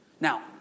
Now